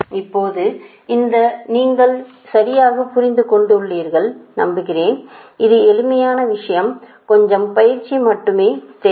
இப்போது இதை நீங்கள் சரியாக புரிந்து கொண்டுள்ளீர்கள் என்று நம்புகிறேன் இது எளிமையான விஷயம் கொஞ்சம் பயிற்சி மட்டுமே தேவை